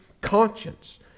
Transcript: conscience